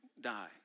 die